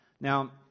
Now